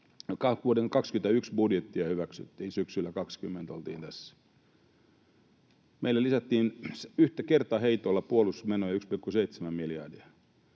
vuoden 21 budjettia hyväksyttiin. Meillä lisättiin kertaheitolla puolustusmenoja 1,7 miljardia.